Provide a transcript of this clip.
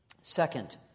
Second